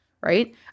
right